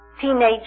teenage